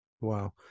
Wow